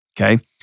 Okay